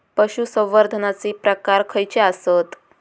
पशुसंवर्धनाचे प्रकार खयचे आसत?